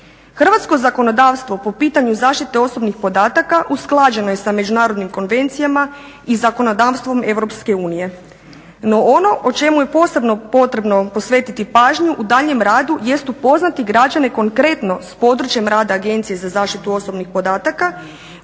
Hrvatsko zakonodavstvo po pitanju zaštite osobnih podataka usklađeno je sa međunarodnim konvencijama i zakonodavstvom EU. No, ono o čemu je posebno potrebno posvetiti pažnju u daljnjem radu jest upoznati građane konkretno s područjem rada Agencije za zaštitu osobnih podataka